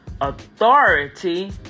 authority